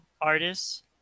artists